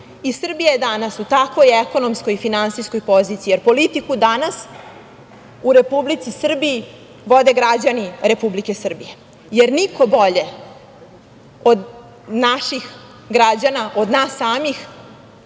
Sada. Srbija je danas u takvoj ekonomskoj i finansijskoj poziciji, jer politiku danas u Republici Srbiji vode građani Republike Srbije, pošto niko bolje od naših građana, od nas samih,